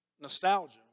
nostalgia